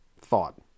thought